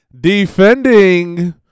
defending